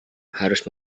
harus